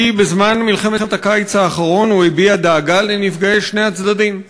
כי בזמן מלחמת הקיץ האחרון הוא הביע דאגה לנפגעי שני הצדדים.